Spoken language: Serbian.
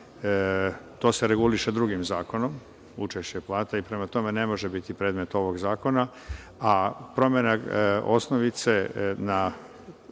To se reguliše drugim zakonom, učešće plata, i prema tome ne može biti predmet ovog zakona. A promene osnovice na